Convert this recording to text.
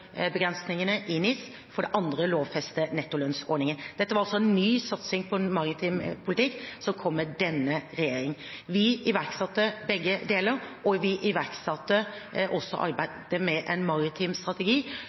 i NIS, og for det andre lovfeste nettolønnsordningen. Dette var altså en ny satsing på en maritim politikk som kom med denne regjeringen. Vi iverksatte begge deler, og vi iverksatte også arbeidet med en maritim strategi,